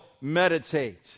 meditate